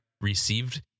received